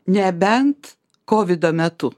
nebent kovido metu